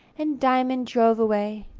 and diamond drove away.